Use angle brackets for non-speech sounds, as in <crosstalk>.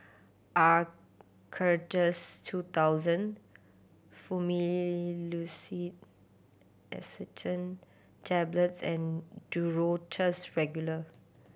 Acardust two thousand <unintelligible> Tablets and Duro Tuss Regular